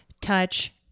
touch